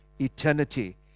eternity